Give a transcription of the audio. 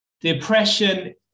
Depression